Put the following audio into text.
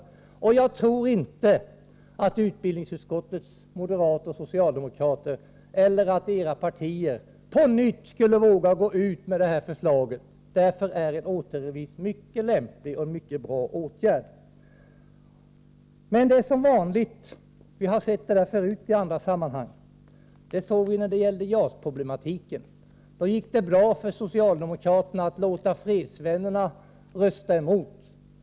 Därför tror jag inte att utbildningsutskottets moderater och socialdemokrater eller era partier på nytt skulle våga lägga fram samma förslag. En återremiss är således en mycket lämplig och bra åtgärd. Nu händer väl samma sak som vi har sett i så många andra sammanhang, exempelvis beträffande JAS-problematiken. Då gick det bra för socialdemokraterna att låta fredsvännerna rösta emot det framlagda förslaget.